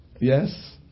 Yes